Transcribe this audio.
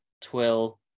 twill